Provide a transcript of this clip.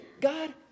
God